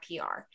PR